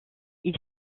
ils